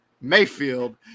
Mayfield